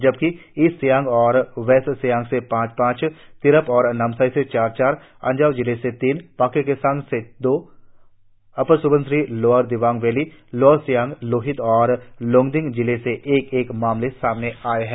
जबकि ईस्ट सियांग और वेस्ट सियांग से पांच पांच तिरप और नामसाई से चार चार अंजाव जिले से तीन पाक्के केसांग से दो upper Subansiri lower Dibang valley lower Siang Lohit और लोंगडिंग जिले से एक एक मामला सामने आया है